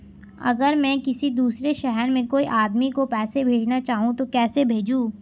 अगर मैं किसी दूसरे शहर में कोई आदमी को पैसे भेजना चाहूँ तो कैसे भेजूँ?